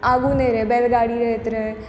आगू नहि रहै बैलगाड़ी रहैत रहै